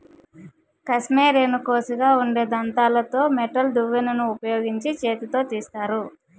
కష్మెరెను కోషిగా ఉండే దంతాలతో మెటల్ దువ్వెనను ఉపయోగించి చేతితో తీస్తారు